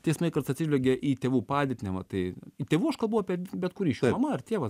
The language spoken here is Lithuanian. teismai kartais atsižvelgia į tėvų padėtį nematai į tėvų aš kalbu apie bet kurį iš jų mama ar tėvą